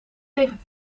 tegen